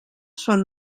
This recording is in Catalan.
són